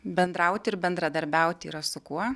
bendrauti ir bendradarbiauti yra su kuo